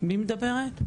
מי מדברת?